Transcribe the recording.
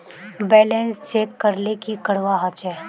Balance check करले की करवा होचे?